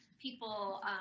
people